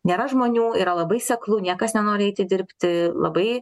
nėra žmonių yra labai seklu niekas nenori eiti dirbti labai